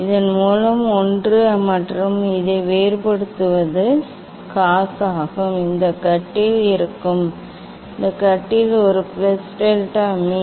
இதன் மூலம் ஒன்று மற்றும் இதை வேறுபடுத்துவது காஸ் ஆகும் இது கட்டில் இருக்கும் இது கட்டில் ஒரு பிளஸ் டெல்டா மீ 2